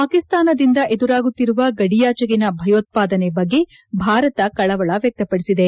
ಪಾಕಿಸ್ತಾನದಿಂದ ಎದುರಾಗುತ್ತಿರುವ ಗಡಿಯಾಚೆಗಿನ ಭಯೋತ್ಪಾದನೆ ಬಗ್ಗೆ ಭಾರತ ಕಳವಳ ವ್ಯಕ್ತಪಡಿಸಿದೆ